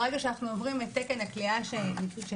ברגע שאנחנו עוברים את תקן הכליאה שנקבע,